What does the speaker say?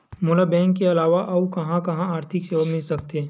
मोला बैंक के अलावा आऊ कहां कहा आर्थिक सेवा मिल सकथे?